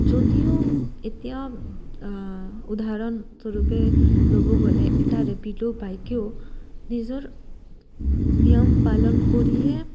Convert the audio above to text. যদিও এতিয়া উদাহৰণস্বৰূপে ল'ব গ'লে এটা ৰেপিড' বাইকেও নিজৰ নিয়ম পালন কৰিহে